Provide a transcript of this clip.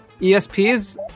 ESPs